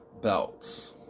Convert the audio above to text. belts